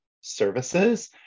services